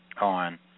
on